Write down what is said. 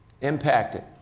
Impacted